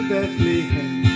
Bethlehem